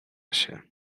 się